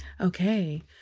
Okay